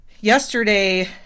Yesterday